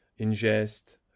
ingest